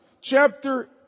Chapter